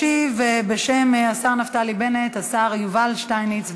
ישיב בשם השר נפתלי בנט השר יובל שטייניץ,